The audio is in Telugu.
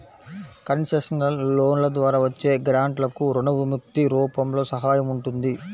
కన్సెషనల్ లోన్ల ద్వారా వచ్చే గ్రాంట్లకు రుణ విముక్తి రూపంలో సహాయం ఉంటుంది